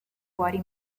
fuori